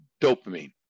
dopamine